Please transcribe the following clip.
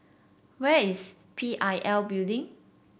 where is P I L Building